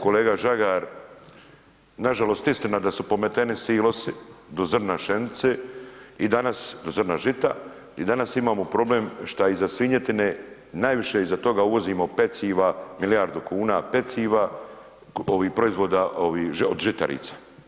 Kolega Žagar, nažalost istina da su pometeni silosi do zrna pšenice i danas do zrna žita i danas imamo problem šta iza svinjetine najviše iza toga uvozimo peciva, milijardu kuna peciva, ovi proizvoda, ovi od žitarica.